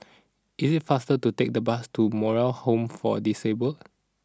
is it faster to take the bus to Moral Home for Disabled